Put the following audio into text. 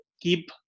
keep